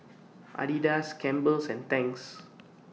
Adidas Campbell's and Tangs